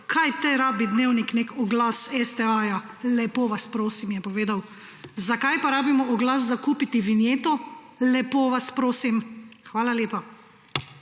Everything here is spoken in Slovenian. kaj te rabi Dnevnik nek oglas STA, lepo vas prosim, je povedal. Zakaj pa rabimo oglas za kupiti vinjeto, lepo vas prosim? Hvala lepa.